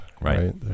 Right